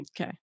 Okay